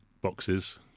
boxes